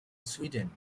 sweden